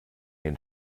den